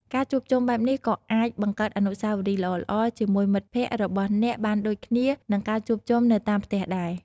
ការជួបជុំបែបនេះក៏អាចបង្កើតអនុស្សាវរីយ៍ល្អៗជាមួយមិត្តភក្តិរបស់អ្នកបានដូចគ្នានឹងការជួបជុំនៅតាមផ្ទះដែរ។